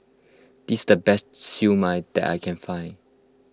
this the best Siew Mai that I can find